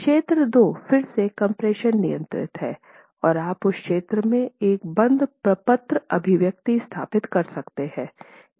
क्षेत्र 2 फिर से कम्प्रेशन नियंत्रित है और आप उस क्षेत्र में एक बंद प्रपत्र अभिव्यक्ति स्थापित कर सकते हैं